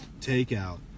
takeout